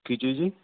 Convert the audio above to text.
ਕੀ ਚੀਜ਼ ਜੀ